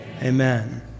Amen